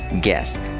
guest